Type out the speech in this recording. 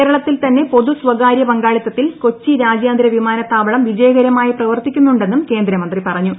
കേരളത്തിൽ തന്നെ പൊതു സ്വകാര്യ പങ്കാളിത്തത്തിൽ കൊച്ചി രാജ്യാന്തര വിമാനത്താവളം വിജയകരമായി പ്രവർത്തിക്കുന്നുണ്ടെന്നും കേന്ദ്രമന്ത്രി പറഞ്ഞു